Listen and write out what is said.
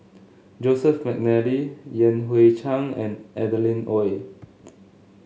Joseph McNally Yan Hui Chang and Adeline Ooi